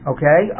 Okay